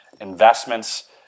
investments